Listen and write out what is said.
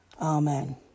Amen